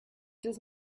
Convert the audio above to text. does